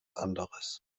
anderes